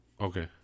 Okay